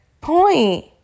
point